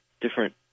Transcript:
different